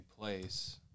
place